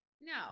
no